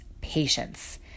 patience